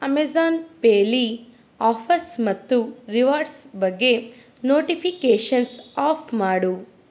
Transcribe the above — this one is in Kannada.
ಅಮೇಜಾನ್ ಪೇಲಿ ಆಫರ್ಸ್ ಮತ್ತು ರಿವಾರ್ಡ್ಸ್ ಬಗ್ಗೆ ನೋಟಿಪಿಕೇಷನ್ಸ್ ಆಫ್ ಮಾಡು